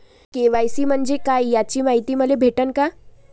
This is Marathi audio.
के.वाय.सी म्हंजे काय याची मायती मले भेटन का?